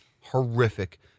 horrific